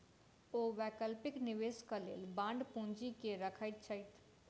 ओ वैकल्पिक निवेशक लेल बांड पूंजी के रखैत छथि